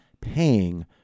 paying